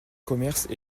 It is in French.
commerces